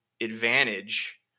advantage